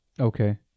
Okay